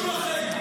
תתביישו לכם.